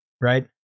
Right